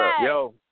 Yo